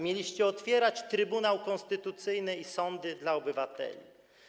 Mieliście otwierać Trybunał Konstytucyjny i sądy dla obywateli.